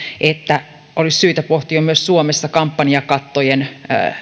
että olisi syytä pohtia myös suomessa kampanjakattojen